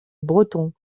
breton